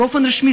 באופן רשמי,